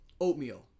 oatmeal